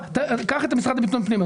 קח את המשרד לביטחון פנים.